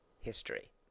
history